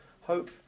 Hope